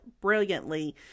brilliantly